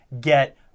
get